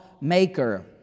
maker